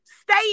stay